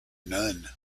none